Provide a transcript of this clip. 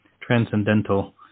transcendental